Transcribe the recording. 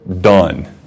done